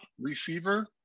receiver